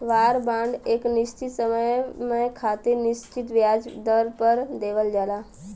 वार bond एक निश्चित समय खातिर निश्चित ब्याज दर पर देवल जाला